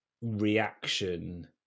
reaction